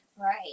Right